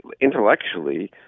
intellectually